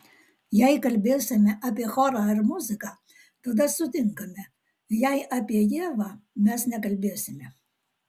jei kalbėsime apie chorą ir muziką tada sutinkame jei apie ievą mes nekalbėsime